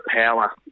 power